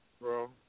Bro